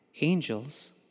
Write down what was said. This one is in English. Angels